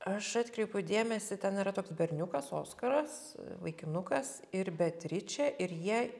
aš atkreipiau dėmesį ten yra toks berniukas oskaras vaikinukas ir beatričė ir jie